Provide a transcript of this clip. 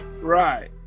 right